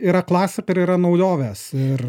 yra klasika ir yra naujovės ir